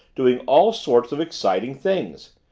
doing all sorts of exciting things!